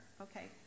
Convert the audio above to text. okay